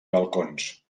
balcons